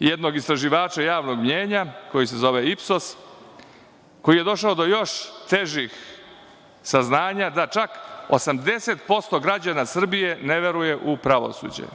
jednog istraživača javnog mnjenja, koji se zove Ipsos, koji je došao do još težih saznanja, da čak 80% građana Srbije ne veruje u pravosuđe.